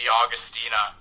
augustina